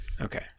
Okay